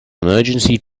emergency